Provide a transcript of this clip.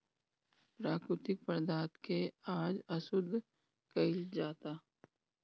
प्राकृतिक पदार्थ के आज अशुद्ध कइल जाता